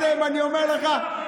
לא שלח אותי.